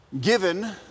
given